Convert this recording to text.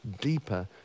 deeper